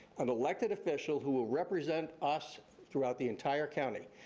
an elected official who will represent us throughout the entire county.